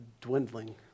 dwindling